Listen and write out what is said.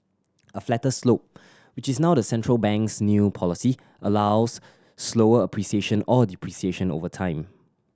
a flatter slope which is now the central bank's new policy allows slower appreciation or depreciation over time